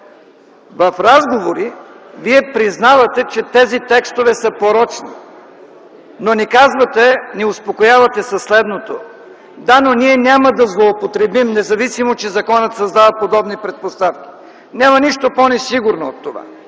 В разговори вие признавате, че тези текстове са порочни, но ни успокоявате със следното – да, но ние няма да злоупотребим, независимо че законът създава подобни предпоставки. Няма нищо по-несигурно от това!